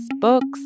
books